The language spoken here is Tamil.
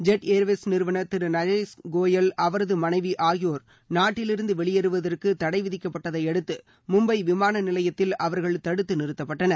ஜெட் ஏர்வேஸ் நிறுவனர் திரு நரேஷ் கோயல் அவரது மனைவி ஆகியோர் நாட்டிலிருந்து வெளியேறுவதற்கு தடை விதிக்கப்பட்டதையடுத்து மும்பை விமான நிலையத்தில் அவர்கள் தடுத்து நிறுத்தப்பட்டனர்